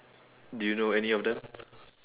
do you know any of them